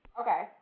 Okay